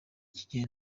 kigenda